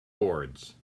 boards